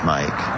Mike